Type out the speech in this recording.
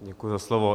Děkuji za slovo.